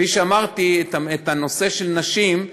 כפי שאמרתי, בנושא של נשים,